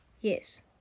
Yes